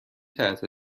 تحت